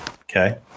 okay